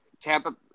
Tampa